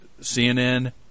CNN